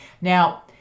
now